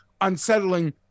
unsettling